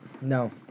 No